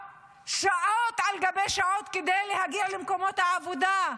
שעות על גבי שעות כדי להגיע למקומות העבודה?